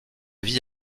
vis